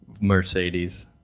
Mercedes